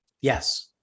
Yes